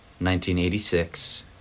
1986